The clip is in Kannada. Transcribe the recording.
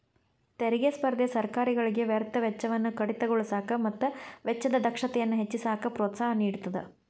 ತೆರಿಗೆ ಸ್ಪರ್ಧೆ ಸರ್ಕಾರಗಳಿಗೆ ವ್ಯರ್ಥ ವೆಚ್ಚವನ್ನ ಕಡಿತಗೊಳಿಸಕ ಮತ್ತ ವೆಚ್ಚದ ದಕ್ಷತೆಯನ್ನ ಹೆಚ್ಚಿಸಕ ಪ್ರೋತ್ಸಾಹ ನೇಡತದ